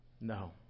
no